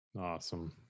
Awesome